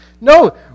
No